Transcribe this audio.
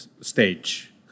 stage